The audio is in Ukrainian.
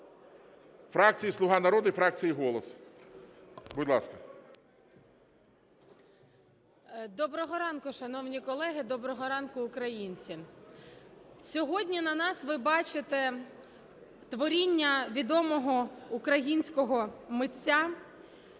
Доброго ранку, шановні колеги! Доброго ранку, українці! Сьогодні на нас ви бачите творіння відомого українського митця